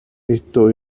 esto